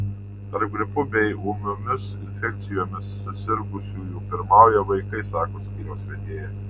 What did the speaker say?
tarp gripu bei ūmiomis infekcijomis susirgusiųjų pirmauja vaikai sako skyriaus vedėja